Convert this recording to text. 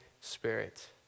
Spirit